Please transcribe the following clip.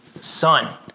son